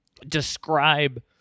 Describe